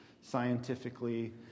scientifically